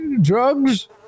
Drugs